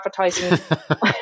advertising